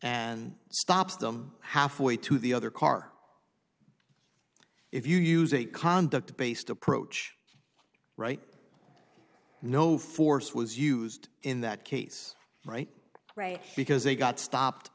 and stops them halfway to the other car if you use a conduct based approach right no force was used in that case right right because they got stopped